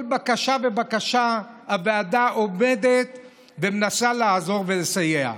בקשה ובקשה הוועדה עובדת ומנסה לעזור ולסייע.